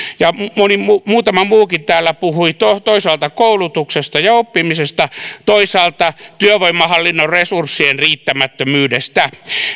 ja muutama muukin täällä puhuivat toisaalta koulutuksesta ja oppimisesta toisaalta työvoimahallinnon resurssien riittämättömyydestä